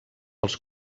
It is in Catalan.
els